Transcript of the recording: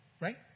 right